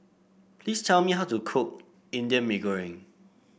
please tell me how to cook Indian Mee Goreng